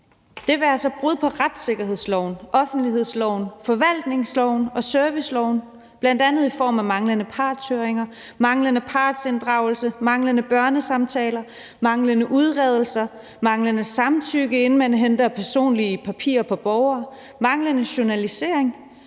i form af brud på retssikkerhedsloven, offentlighedsloven, forvaltningsloven og serviceloven, bl.a. i form af manglende partshøringer, manglende partsinddragelse, manglende børnesamtaler, manglende udredninger, manglende samtykke, inden man henter personlige papirer om borgere, manglende journalisering,